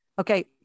Okay